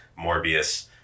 Morbius